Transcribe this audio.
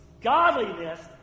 Godliness